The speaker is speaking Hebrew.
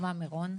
לדוגמא מירון.